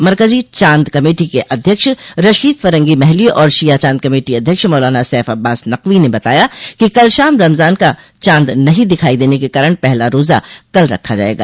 मरकजी चाँद कमेटी के अध्यक्ष रशीद फरंगी महली और शिया चाँद कमेटी अध्यक्ष मौलाना सैफ अब्बास नकवी ने बताया कि कल शाम रमजान का चाँद नहीं दिखायी देने के कारण पहला रोजा कल रखा जायेगा